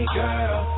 girl